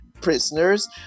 prisoners